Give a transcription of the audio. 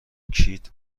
کیت